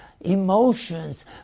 emotions